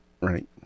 Right